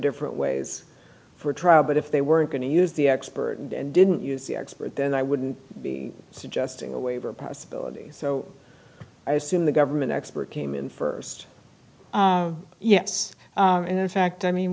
different ways for a trial but if they were going to use the expert and didn't use the expert then i wouldn't be suggesting a waiver possibility so i assume the government expert came in first yes in fact i mean